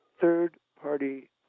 third-party